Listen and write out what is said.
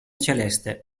celeste